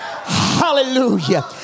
Hallelujah